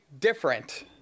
different